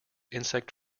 insect